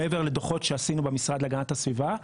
מעבר לדוחות שעשינו במשרד להגנת הסביבה,